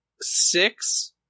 six